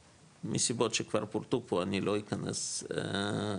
מסיבות שכבר פורטו פה, אני לא אכנס אליהם.